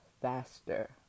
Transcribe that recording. faster